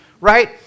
right